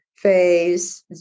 phase